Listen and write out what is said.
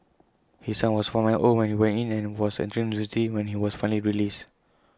his son was five months old when he went in and was entering university when he was finally released